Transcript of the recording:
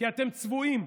כי אתם צבועים,